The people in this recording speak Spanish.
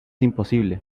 imposible